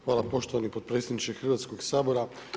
Hvala poštovani potpredsjedniče Hrvatskog sabora.